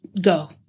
go